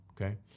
okay